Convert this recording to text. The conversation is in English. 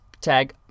tag